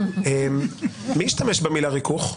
מי השתמש במילה ריכוך?